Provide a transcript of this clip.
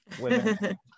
women